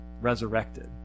resurrected